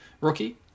rookie